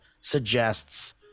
suggests